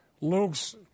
Luke's